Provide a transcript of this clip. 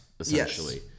Essentially